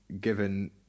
given